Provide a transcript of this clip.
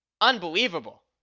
unbelievable